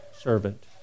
servant